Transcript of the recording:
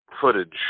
footage